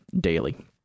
daily